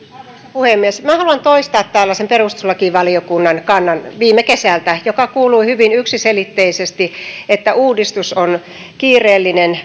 puhemies minä haluan toistaa täällä sen perustuslakivaliokunnan kannan viime kesältä joka kuului hyvin yksiselitteisesti että uudistus on kiireellinen